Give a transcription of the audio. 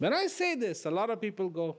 when i say this a lot of people go